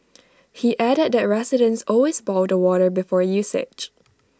he added that residents always boil the water before usage